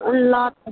ल त